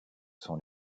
sont